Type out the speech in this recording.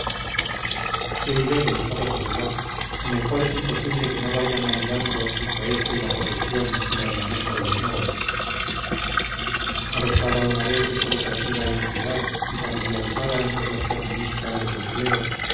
qué diré del estado popular en el cual es imposible que no vayan anidando el cohecho y la corrupción en el manejo de los negocios adoptada una vez esta lucrativa iniquidad y familiarizada entre los que administran los empleos